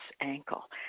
ankle